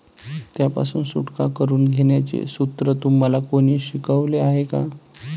त्यापासून सुटका करून घेण्याचे सूत्र तुम्हाला कोणी शिकवले आहे का?